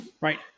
right